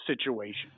situation